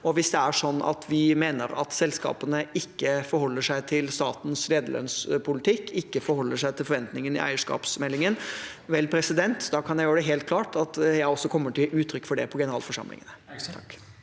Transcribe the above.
Hvis vi mener at selskapene ikke forholder seg til statens lederlønnspolitikk og forventningene i eierskapsmeldingen, kan jeg gjøre det helt klart at jeg kommer til å gi uttrykk for det på generalforsamlingen.